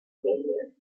failure